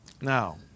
now